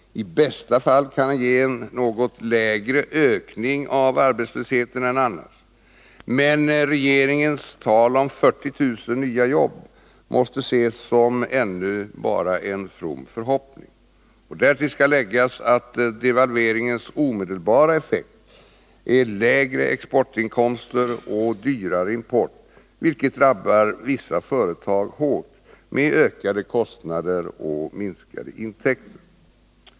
I bästa fall kan den bli en något lägre ökning av arbetslösheten än annars. Men regeringens tal om 40 000 nya jobb måste ses som ännu en from förhoppning. Därtill skall läggas att devalveringens omedelbara effekt är lägre exportinkomster och dyrare import, vilket drabbar vissa företag hårt med ökade kostnader och minskade intäkter.